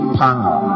power